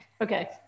okay